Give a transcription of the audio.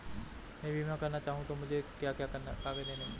मैं बीमा करना चाहूं तो मुझे क्या क्या कागज़ देने होंगे?